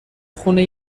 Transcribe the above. خونه